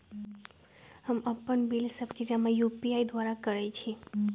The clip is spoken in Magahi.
हम अप्पन बिल सभ के जमा यू.पी.आई द्वारा करइ छी